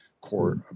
court